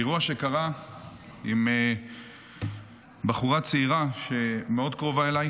אירוע שקרה עם בחורה צעירה שמאוד קרובה אליי.